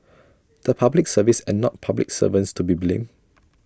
the Public Service and not public servants to be blamed